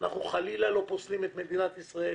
אנחנו חלילה לא פוסלים את מדינת ישראל